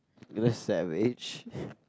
that's savage